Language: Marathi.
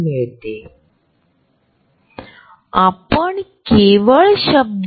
खरोखर आपण हे करू शकता